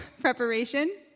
preparation